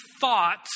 thought